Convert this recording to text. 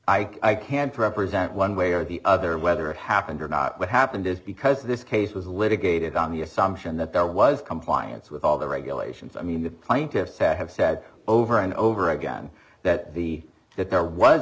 happen i can't represent one way or the other whether it happened or not what happened is because this case was a little gate on the assumption that there was compliance with all the regulations i mean the plaintiffs have said over and over again that the that there was